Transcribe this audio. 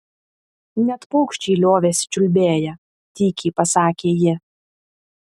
net paukščiai liovėsi čiulbėję tykiai pasakė ji